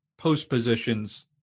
postpositions